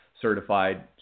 certified